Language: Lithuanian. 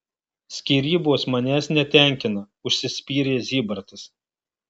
skyrybos manęs netenkina užsispyrė zybartas